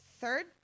Third